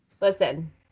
Listen